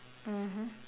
mmhmm